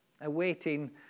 awaiting